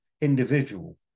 individual